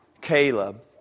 Caleb